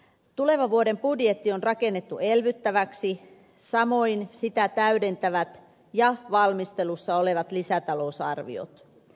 tulevan vuoden budjetti on rakennettu elvyttäväksi samoin sitä täydentävät valmistelussa olevat lisätalousarviot